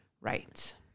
Right